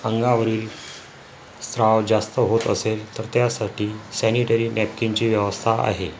अंगावरील स्त्राव जास्त होत असेल तर त्यासाठी सॅनिटरी नॅपकिनची व्यवस्था आहे